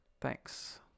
Thanks